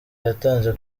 yatanze